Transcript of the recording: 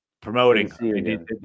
Promoting